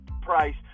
price